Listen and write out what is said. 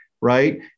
right